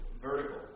vertical